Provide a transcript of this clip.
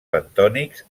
bentònics